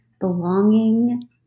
belonging